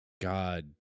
god